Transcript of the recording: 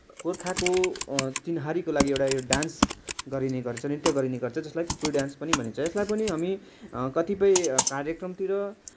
गोर्खाको चिह्नारीको लागि एउटा यो डान्स गरिने गर्च नृत्य गरिने गर्छ जसलाई खुकुरी डान्स पनि भनिन्छ यसलाई पनि हामी कतिपय कार्यक्रमतिर